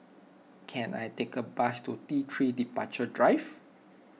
can I take a bus to T three Departure Drive